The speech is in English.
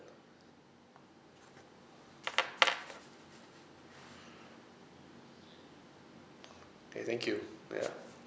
kay thank you ya